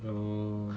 orh